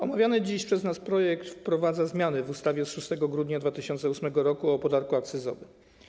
Omawiany dziś przez nas projekt wprowadza zmiany w ustawie z 6 grudnia 2008 r. o podatku akcyzowym.